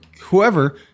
whoever